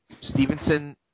Stevenson